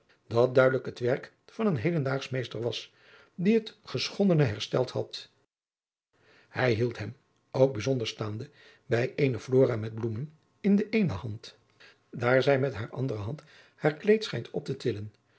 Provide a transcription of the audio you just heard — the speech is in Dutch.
dat duidelijk het werk van een hedendaagschen meester was die het geschondene hersteld had hij hield hem ook bijzonder staande bij eene flora met bloemen in de eene band daar zij met hare andere hand haar kleed schijnt op te